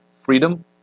freedom